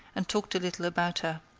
and talked a little about her.